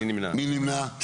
1 נמנעים